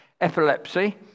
epilepsy